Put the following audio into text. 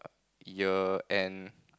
year end